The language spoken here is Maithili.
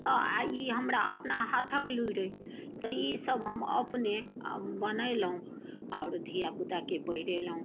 आ ई हमरा अपना हाथक लुड़ि अइ तऽ ई सभ हम अपने बनेलहुँ आओर धिआ पुताके पहिरेलहुँ